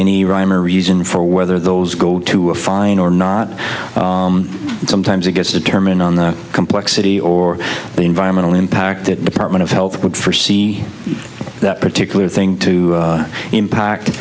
any rhyme or reason for whether those go to a fine or not and sometimes it gets determined on the complexity or the environmental impact the department of health would first see that particular thing to impact